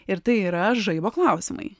ir tai yra žaibo klausimai